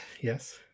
yes